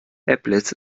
applets